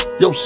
yo